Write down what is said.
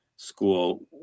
school